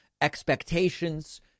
expectations